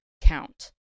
count